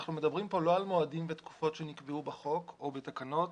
אנחנו לא מדברים פה על מועדים ותקופות שנקבעו בחוק או בתקנות,